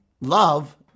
love